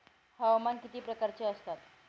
हवामान किती प्रकारचे असतात?